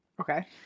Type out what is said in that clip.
Okay